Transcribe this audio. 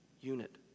unit